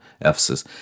Ephesus